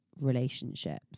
relationships